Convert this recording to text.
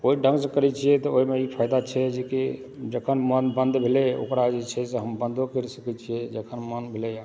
तऽ ओहि ढङ्गसँ करै छियै तऽ ओहिमे ई फायदा छै की जे कि जखन मोन बन्द भेलै ओकरा ई छै जे हम बन्दो करि सकै छियै जखन मोन भेलै हँ